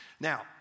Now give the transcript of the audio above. Now